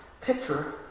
picture